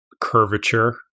curvature